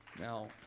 Now